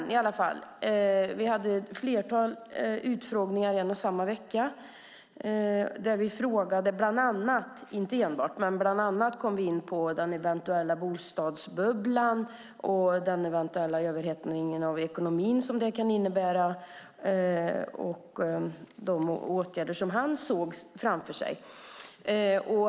Vi hade ett flertal utfrågningar en och samma vecka där vi bland annat - inte enbart - kom in på den eventuella bostadsbubblan, den eventuella överhettningen av ekonomin som bubblan kan innebära och de åtgärder som Anders Borg såg framför sig.